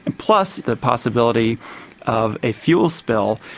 and plus the possibility of a fuel spill.